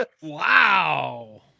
Wow